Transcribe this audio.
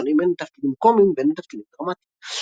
שונים הן בתפקידים קומיים והן בתפקידים דרמטיים.